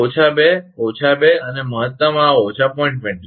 તો ઓછા 2 ઓછા 2 અને મહત્તમ આ ઓછા 0